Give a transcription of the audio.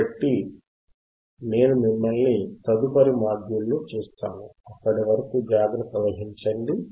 కాబట్టి నేను మిమ్మల్ని తదుపరి మాడ్యూల్లో చూస్తాను అప్పటి వరకు జాగ్రత్త వహించండి